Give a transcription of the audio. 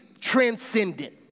transcendent